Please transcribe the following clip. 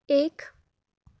एक